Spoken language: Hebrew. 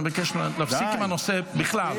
אני מבקש להפסיק עם הנושא בכלל.